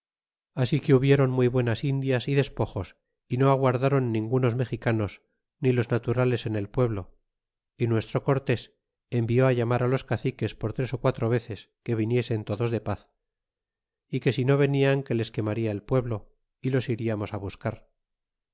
aquí se hubiéron muy buenas indias é despojos y no aguardaron ningunos mexicanos ni los naturales en el pueblo y nuestro cortés envió á llamar á los caciques por tres ó quatro veces que viniesen todos de paz y que si no venian que les quemada el pueblo y los friamos á buscar